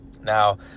Now